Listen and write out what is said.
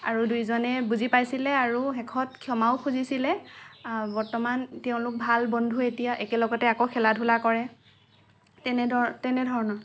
আৰু দুয়োজনে বুজি পাইছিলে আৰু শেষত ক্ষমাও খুজিছিলে বৰ্তমান তেওঁলোক ভাল বন্ধু এতিয়া একেলগতে আকৌ খেলা ধূলা কৰে তেনেদৰ তেনেধৰণৰ